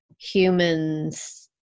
humans